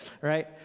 right